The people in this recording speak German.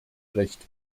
recht